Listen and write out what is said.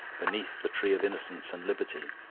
beneath the tree of innocence and liberty,